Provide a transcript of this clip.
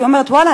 שאומרת: ואללה,